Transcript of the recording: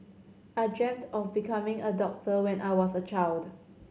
I dreamt of becoming a doctor when I was a child